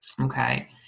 Okay